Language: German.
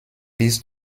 bist